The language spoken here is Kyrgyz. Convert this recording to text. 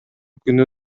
күнү